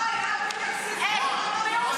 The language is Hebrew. אין גבול.